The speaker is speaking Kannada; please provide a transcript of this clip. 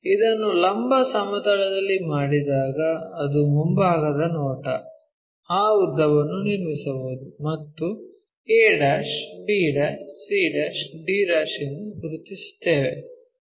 ಇದನ್ನು ಲಂಬ ಸಮತಲದಲ್ಲಿ ಮಾಡಿದಾಗ ಅದು ಮುಂಭಾಗದ ನೋಟ ಆ ಉದ್ದವನ್ನು ನಿರ್ಮಿಸಬಹುದು ಮತ್ತು a b c d ಎಂದು ಗುರುತಿಸುತ್ತೇವೆ